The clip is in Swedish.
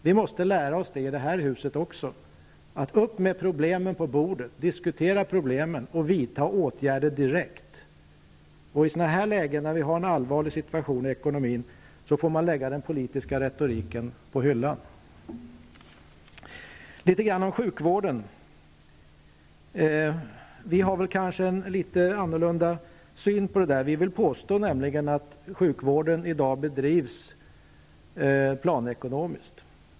Vi måste lära oss det i det här huset också: Upp med problemen på bordet! Diskutera problemen och vidta åtgärder direkt! När ekonomin befinner sig i ett allvarligt läge, får man lägga den politiska retoriken på hyllan. Så litet grand om sjukvården. Vi har kanske en litet annan syn på den. Vi vill nämligen påstå att sjukvården i dag bedrivs planekonomiskt.